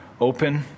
open